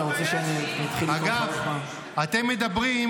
אתה רוצה שאני אתחיל --- אתם מדברים,